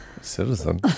citizen